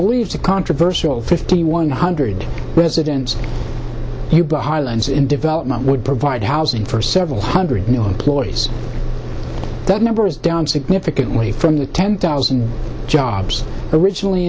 believes the controversy will fifty one hundred residents here but highlands in development would provide housing for several hundred new ploys that number is down significantly from the ten thousand jobs originally